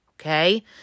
Okay